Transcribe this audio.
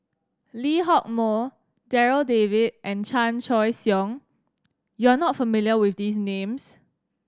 Lee Hock Moh Darryl David and Chan Choy Siong you are not familiar with these names